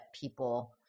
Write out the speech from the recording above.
people